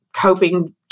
coping